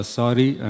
sorry